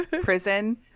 prison